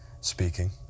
speaking